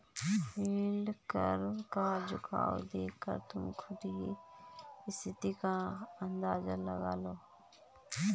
yield curve का झुकाव देखकर तुम खुद ही स्थिति का अंदाजा लगा लो